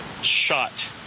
shot